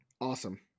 Awesome